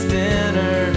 dinner